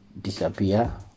disappear